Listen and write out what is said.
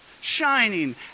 Shining